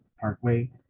Parkway